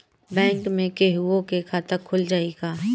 Bank में केहूओ के खाता खुल जाई का?